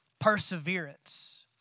perseverance